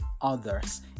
others